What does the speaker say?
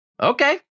okay